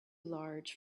large